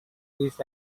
this